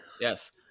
Yes